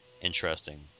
interesting